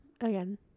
again